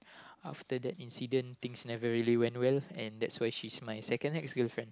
after that incident things never really went well and that's why she's my second ex girlfriend